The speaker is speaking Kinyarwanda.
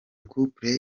couple